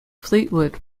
fleetwood